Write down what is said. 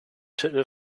titel